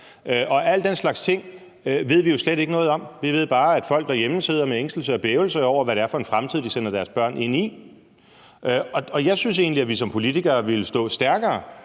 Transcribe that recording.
Alle den slags ting ved vi jo slet ikke noget om. Vi ved bare, at folk derhjemme sidder med ængstelse og bævelse over, hvad det er for en fremtid, de sender deres børn ind i. Jeg synes egentlig, at vi som politikere ville stå stærkere,